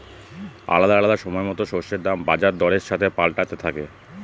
আলাদা আলাদা সময়তো শস্যের দাম বাজার দরের সাথে পাল্টাতে থাকে